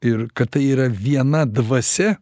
ir kad tai yra viena dvasia